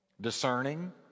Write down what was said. discerning